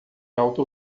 alto